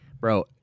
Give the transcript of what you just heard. bro